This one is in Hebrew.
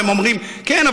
והם אומרים: כן,